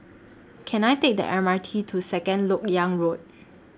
Can I Take The M R T to Second Lok Yang Road